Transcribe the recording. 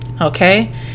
Okay